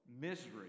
misery